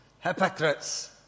Hypocrites